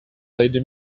lady